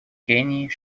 кении